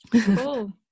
Cool